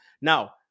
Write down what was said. Now